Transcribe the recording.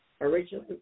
Originally